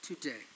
today